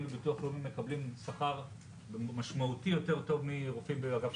וביטוח לאומי מקבלים שכר משמעותית יותר טוב מרופאים באגף שיקום,